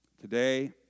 Today